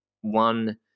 One